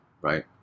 Right